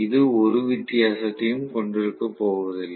இது ஒரு வித்தியாசத்தையும் கொண்டிருக்கப்போவதில்லை